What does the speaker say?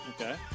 Okay